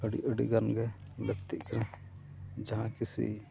ᱟᱹᱰᱤ ᱟᱹᱰᱤ ᱜᱟᱱ ᱜᱮᱪ ᱞᱟᱹᱠᱛᱤᱜ ᱠᱟᱱᱟ ᱡᱟᱦᱟᱸ ᱠᱤᱥᱤ